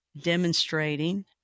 Demonstrating